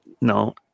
No